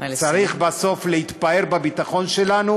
נא לסיים.